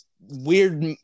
weird